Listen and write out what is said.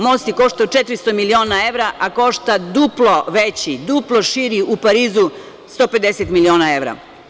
Most je koštao 400 miliona evra, a košta duplo veći, duplo širi u Parizu 150 miliona evra.